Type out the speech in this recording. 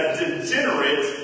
degenerate